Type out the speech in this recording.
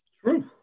True